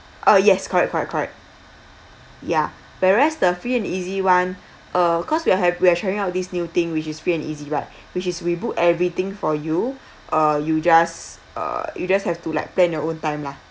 uh yes correct correct correct ya whereas the free and easy one uh cause we have we are trying out this new thing which is free and easy right which is we book everything for you uh you just uh you just have to like plan your own time lah